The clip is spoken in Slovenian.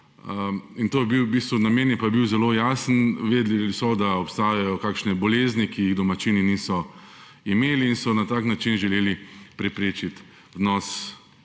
bistvu … Namen je pa bil zelo jasen. Vedeli so, da obstajajo kakšne bolezni, ki jih domačini niso imeli, in so na tak način želeli preprečiti vnos